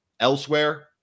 Elsewhere